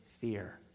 fear